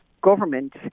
government